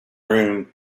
room